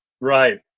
Right